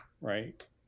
right